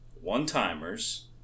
one-timers